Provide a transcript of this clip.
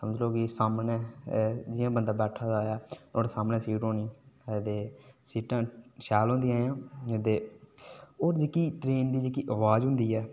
मतलब की सामने जि'यां बंदा बैठा दा ऐ नुआढ़े सामनै सीट होनी ते सीटां शैल होंदियां हियां ते होर जेह्की ट्रेन दी जेह्की आबाज होंदी ऐ'